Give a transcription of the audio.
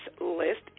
list